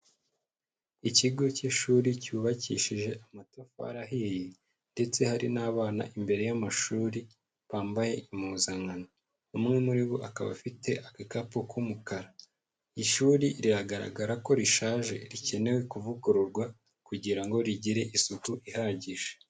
Ikigo cy'ishuri cyubakishije amatafari ahiye ndetse hari n'abana imbere y'amashuri bambaye impuzankano, umwe muri bo akaba afite agakapu k'umukara, ishuri riragaragara ko rishaje rikenewe kuvugururwa kugira ngo rigire isuku ihagije.